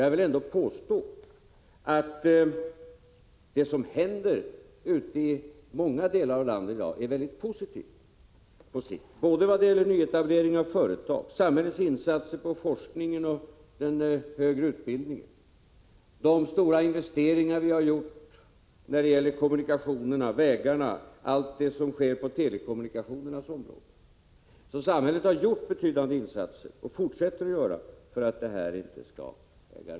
Jag vill påstå att det som händer ute i många delar av landet i dag är väldigt positivt på sikt både vad gäller nyetablering av företag och vad gäller samhällets insatser för forskningen och den högre utbildningen. De stora investeringar vi har gjort när det gäller kommunikationerna, satsningarna på vägarna och allt det som sker på telekommunikationernas område, är något positivt. Samhället har alltså gjort och fortsätter att göra betydande insatser.